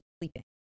sleeping